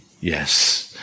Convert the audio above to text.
Yes